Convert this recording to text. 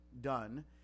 done